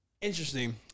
Interesting